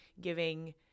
giving